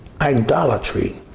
idolatry